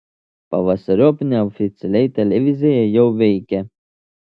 pavasariop neoficialiai televizija jau veikia